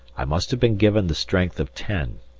i must have been given the strength of ten.